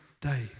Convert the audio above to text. day